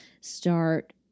start